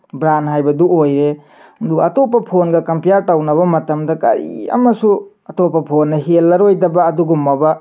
brand ꯍꯥꯏꯕꯗꯨ ꯑꯣꯏꯔꯦ ꯑꯗꯨꯒ ꯑꯇꯣꯞꯄ ꯐꯣꯟꯒ ꯀꯝꯄꯦꯌꯥꯔ ꯇꯧꯕ ꯃꯇꯝꯗ ꯀꯔꯤ ꯑꯃꯁꯨ ꯑꯇꯣꯞꯄ ꯐꯣꯟꯅ ꯍꯦꯜꯂꯔꯣꯏꯗꯕ ꯑꯗꯨꯒꯨꯝꯂꯕ